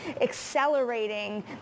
accelerating